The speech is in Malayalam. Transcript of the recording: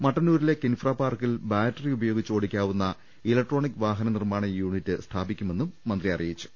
മട്ടന്നൂരിലെ കിൻഫ്ര പാർക്കിൽ ബാറ്ററി ഉപയോഗിച്ച് ഓടിക്കാവുന്ന ഇലക്ട്രോണിക് വാഹന നിർമാണ യൂണിറ്റ് സ്ഥാപിക്കുമെന്നും മന്ത്രി അറിയിച്ചു